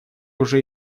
уже